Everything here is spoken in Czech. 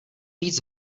víc